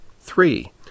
Three